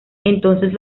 entonces